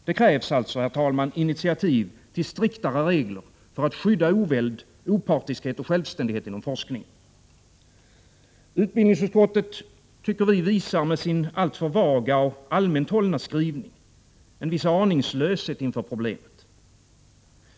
Det krävs alltså, herr talman, att man tar initiativ till striktare regler för att skydda oväld, opartiskhet och självständighet inom forskningen. Utbildningsutskottet, tycker vi, visar med sin alltför vaga och allmänt hållna skrivning en viss aningslöshet inför problemet.